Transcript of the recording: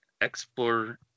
explore